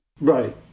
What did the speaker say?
Right